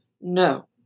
No